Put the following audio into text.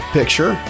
picture